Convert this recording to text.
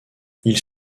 ils